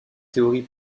théorie